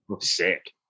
Sick